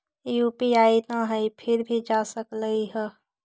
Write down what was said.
UPI न हई फिर भी जा सकलई ह?